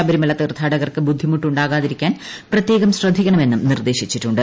ശബരിമല തീർത്ഥാടകർക്ക് ബുദ്ധിമുട്ട് ഉണ്ടാകാതിരി ക്കാൻ പ്രത്യേകം ശ്രദ്ധിക്കണമെന്നും നിർദ്ദേശിച്ചിട്ടുണ്ട്